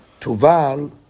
Tuval